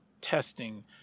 testing